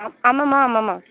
ஆமாம்மா ஆமாம்மா